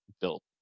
built